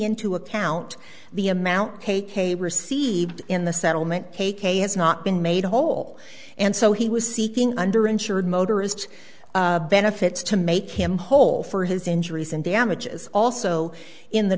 into account the amount k k received in the settlement has not been made whole and so he was seeking under insured motorists benefits to make him whole for his injuries and damages also in the